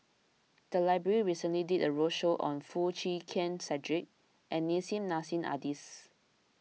the library recently did a roadshow on Foo Chee Keng Cedric and Nissim Nassim Adis